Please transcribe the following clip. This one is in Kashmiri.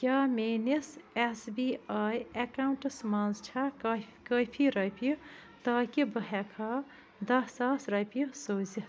کیٛاہ میٛٲنِس ایٚس بی آی ایٚکاونٹَس منٛز چھا کٲفی رۄپیہِ تاکہِ بہٕ ہیٚکہٕ ہا دَہ ساس رۄپیہِ سوٗزِتھ